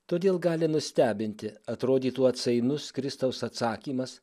todėl gali nustebinti atrodytų atsainus kristaus atsakymas